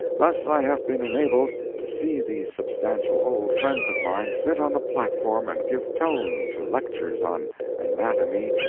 thus i have been enabled to see these substantial old friends of mine sit on the platform and give tone to lectures on anatomy,